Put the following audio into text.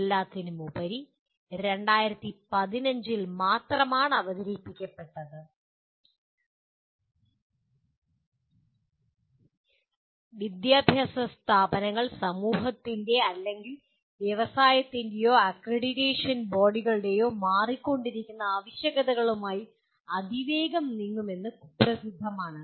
എല്ലാത്തിനുമുപരി ഇത് 2015 ൽ മാത്രമാണ് അവതരിപ്പിക്കപ്പെട്ടത് വിദ്യാഭ്യാസ സ്ഥാപനങ്ങൾ സമൂഹത്തിന്റെ അല്ലെങ്കിൽ വ്യവസായത്തിന്റെയോ അക്രഡിറ്റേഷൻ ബോഡികളുടെയോ മാറിക്കൊണ്ടിരിക്കുന്ന ആവശ്യകതകളുമായി അതിവേഗം നീങ്ങുമെന്ന് കുപ്രസിദ്ധമാണ്